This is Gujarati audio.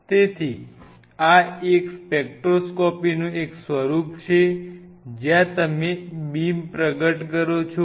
તેથી આ એક સ્પેક્ટ્રોસ્કોપીનું એક સ્વરૂપ છે જ્યાં તમે બીમ પ્રગટ કરો છો